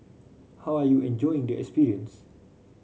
how are you enjoying the experience